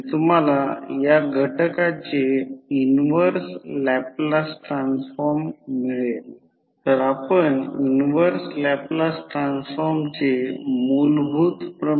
तर अशा परिस्थितीत I0 हा ∅ सोबत फेजमध्ये असेल आणि जसे रेजिस्टन्स दुर्लक्षित केला आहे